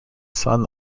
son